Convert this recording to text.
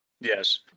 Yes